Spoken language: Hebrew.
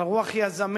על רוח יזמית